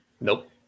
Nope